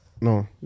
No